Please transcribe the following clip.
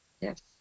Yes